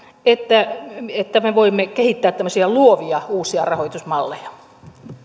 että me voimme kehittää tämmöisiä luovia uusia rahoitusmalleja